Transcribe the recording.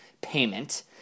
payment